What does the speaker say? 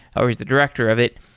or was the director of it,